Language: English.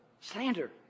slander